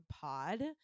pod